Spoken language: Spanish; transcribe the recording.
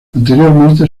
anteriormente